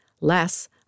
Less